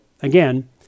again